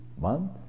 Month